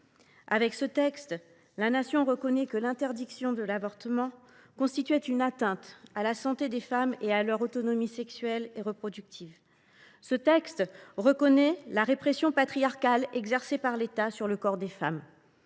Avec ce texte, la Nation admet que l’interdiction de l’IVG constituait une atteinte à la santé des femmes et à leur autonomie sexuelle et reproductive. Ce texte reconnaît la répression patriarcale exercée par l’État sur le corps des femmes.